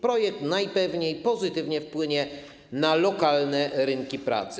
Projekt najpewniej pozytywnie wpłynie na lokalne rynki pracy.